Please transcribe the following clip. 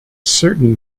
certain